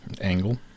angle